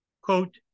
Quote